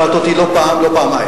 שאלת אותי לא פעם, לא פעמיים.